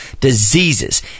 diseases